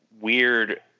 weird